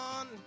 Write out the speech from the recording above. on